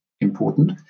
important